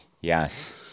Yes